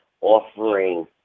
offering